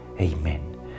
Amen